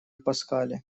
паскале